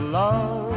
love